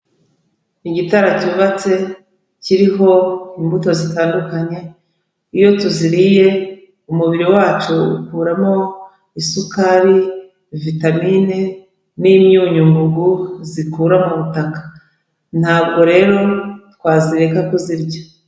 Igitara cyubatse kiriho imbuto zitandukanye, iyo tuziriye umubiri wacu ukuramo isukari, vitamine n'imyunyu ngugu zikura mu butaka. Ntabwo rero twazireka kuzirya.